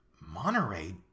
Monterey